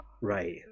right